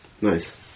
Nice